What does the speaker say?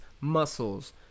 muscles